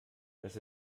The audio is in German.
dass